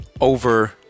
over